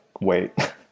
Wait